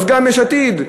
אז גם יש עתיד.